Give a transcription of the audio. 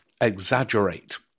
exaggerate